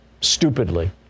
stupidly